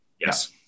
Yes